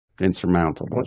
insurmountable